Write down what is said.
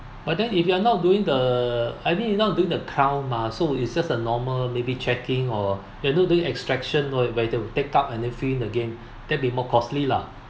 but then if you are not doing the I mean you are not doing the crown mah so it's just a normal maybe checking or you are not doing extraction where you have to take up and then fill in again that will be more costly lah